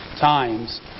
times